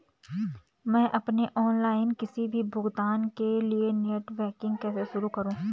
मैं अपने ऑनलाइन किसी भी भुगतान के लिए नेट बैंकिंग कैसे शुरु करूँ?